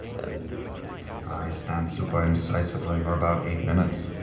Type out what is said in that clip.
and i stand super indecisively for about eight minutes.